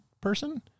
person